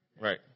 Right